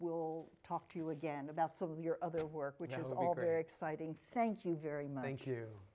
will talk to you again about some of your other work which is all very exciting thank you very much thank you